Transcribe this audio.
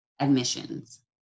admissions